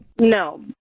no